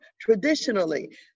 traditionally